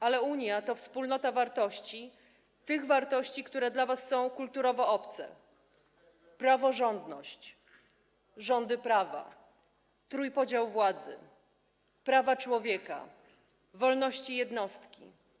Ale Unia to wspólnota wartości, tych wartości, które dla was są kulturowo obce - praworządność, rządy prawa, trójpodział władzy, prawa człowieka, wolności jednostki.